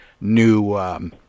new